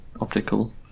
optical